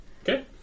Okay